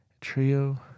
trio